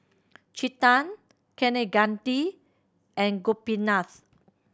Chetan Kaneganti and Gopinath